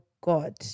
God